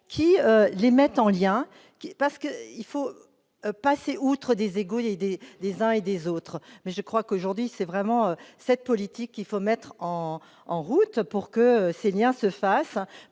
qui les met en lien, parce qu'il faut passer outre des égo et des des uns et des autres, mais je crois qu'aujourd'hui c'est vraiment cette politique qu'il faut mettre en en route pour que ces Liens se fasse,